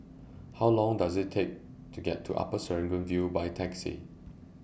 How Long Does IT Take to get to Upper Serangoon View By Taxi